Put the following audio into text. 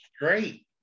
Great